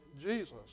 Jesus